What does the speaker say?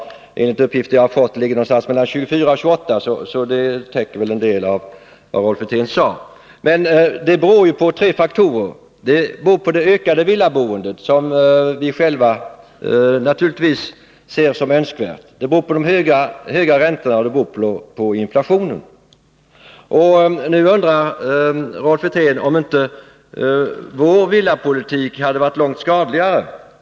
Enligt de uppgifter som jag har fått ligger de någonstans mellan 24 och 28 miljarder, så det täcker väl en del av vad Rolf Wirtén sade. Men avdragen beror ju på tre faktorer, dels det ökade villaboendet, som vi själva naturligtvis ser som önskvärt, dels de höga räntorna, dels inflationen. Nu undrar Rolf Wirtén om inte vår villapolitik hade varit långt skadligare.